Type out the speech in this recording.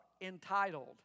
entitled